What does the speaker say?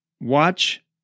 watch